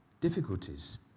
difficulties